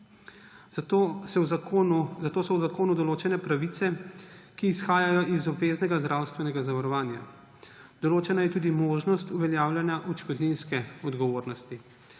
zato so v zakonu določene pravice, ki izhajajo iz obveznega zdravstvenega zavarovanja. Določena je tudi možnost uveljavljanja odškodninske odgovornosti.